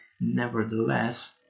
nevertheless